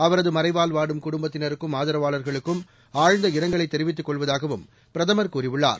அவரதுமறைவால் வாடும் குடும்பத்தினருக்கும் ஆதரவாளா்களுக்கும் ஆழ்ந்த இரங்கலை தெரிவித்துக் கொள்வதாகவும் பிரதமர் கூறியுள்ளார்